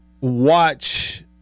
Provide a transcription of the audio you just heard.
watch